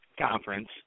Conference